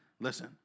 listen